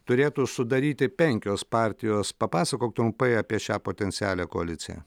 turėtų sudaryti penkios partijos papasakok trumpai apie šią potencialią koaliciją